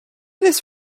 this